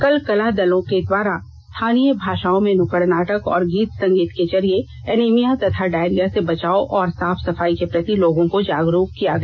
कल कला दलों के द्वारा स्थानीय भाषाओं में नुक्कड़ नाटक और गीत संगीत के जरिए एनीमिया तथा डायरिया से बचाव और साफ सफाई के प्रति लोगों को जागरूक किया गया